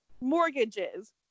mortgages